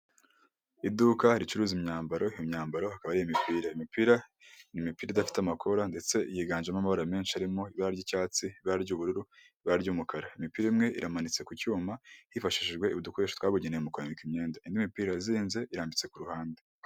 Iduka ricuruza imyambaro, imyambaro ikaba ari imipira, imipira ni imipira idafite amakora ndetse yiganjemo amabara menshi arimo ibara ry'icyatsi, ibara ry'ubururu n'ibara ry'umukara. Imipira imwe iramanitse ku cyuma hifashijwe udukoresho twabugenewe mu kwambika imyenda n'imipira izinze irambitse ku ruhande.